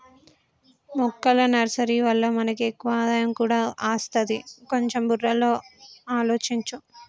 మొక్కల నర్సరీ వల్ల మనకి ఎక్కువ ఆదాయం కూడా అస్తది, కొంచెం బుర్రలో ఆలోచించు